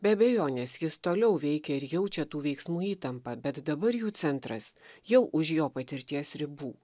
be abejonės jis toliau veikia ir jaučia tų veiksmų įtampą bet dabar jų centras jau už jo patirties ribų